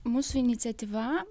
mūsų iniciatyva